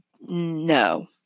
no